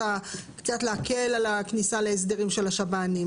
קצת להקל על כניסה להסדרים של השב"נים.